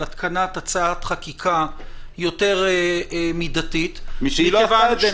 התקנת הצעת חקיקה יותר מידתית -- משהיא לא עשתה את זה,